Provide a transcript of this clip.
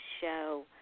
show